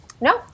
No